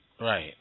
Right